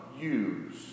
use